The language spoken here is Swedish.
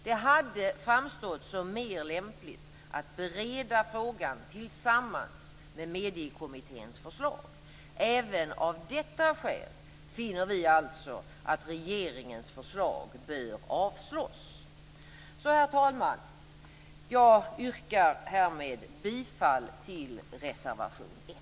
Det hade framstått som mer lämpligt att bereda frågan tillsammans med Mediekommitténs förslag. Även av detta skäl finner vi alltså att regeringens förslag bör avslås. Herr talman! Jag yrkar härmed bifall till reservation 1.